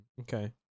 Okay